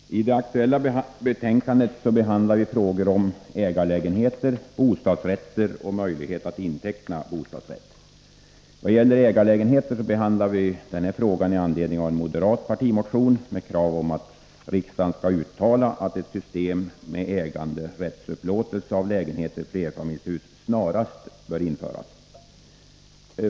Herr talman! I det aktuella betänkandet behandlar vi frågor om ägarlägenheter, bostadsrätter och möjlighet att inteckna bostadsrätt. Frågan om ägarlägenheter behandlar vi med anledning av en moderat partimotion med krav på att riksdagen skall uttala att ett system med äganderättsupplåtelse av lägenheter i flerfamiljshus snarast bör införas.